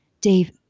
Dave